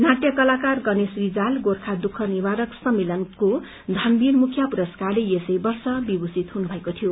नाटय कलाकार गणेश रिजाल गोर्खा दुःख निवारक सम्मेलनको थनवीर मुखिया पुरस्कारले यसै वर्ष विभूतिषत हुनु भएको यियो